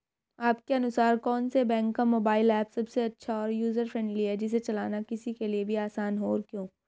आपके अनुसार कौन से बैंक का मोबाइल ऐप सबसे अच्छा और यूजर फ्रेंडली है जिसे चलाना किसी के लिए भी आसान हो और क्यों?